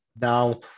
now